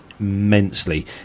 immensely